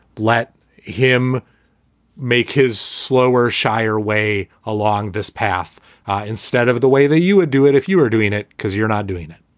let him make his slower scheier way along this path instead of the way that you would do it if you were doing it because you're not doing it